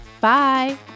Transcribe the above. bye